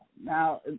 Now